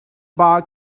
bar